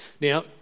Now